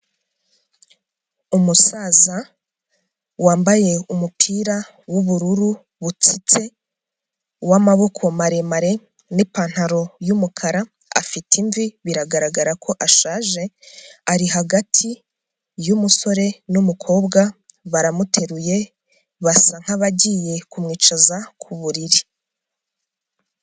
Umusaza wambaye umupira w'ubururu butsitse w'amaboko maremare n'ipantaro y'umukara, afite imvi biragaragara ko ashaje, ari hagati y'umusore n'umukobwa, baramuteruye, basa nk'abagiye kumwicaza ku buriri.